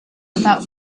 without